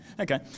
Okay